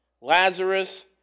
Lazarus